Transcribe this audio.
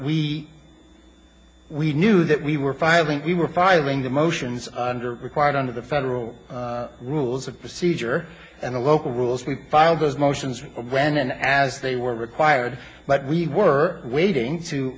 we we knew that we were filing we were filing the motions under required under the federal rules of procedure and the local rules we filed those motions when as they were required but we were waiting to